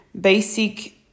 basic